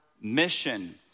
mission